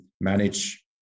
manage